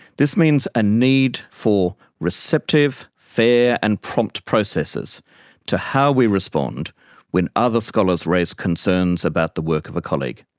this means a need for receptive, fair and prompt processes to how we respond when other scholars raise concerns about the work of a colleague.